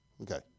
Okay